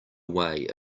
way